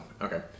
Okay